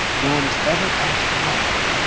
no one has ever asked the question